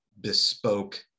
bespoke